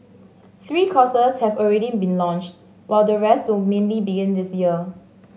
three courses have already been launched while the rest will mainly begin this year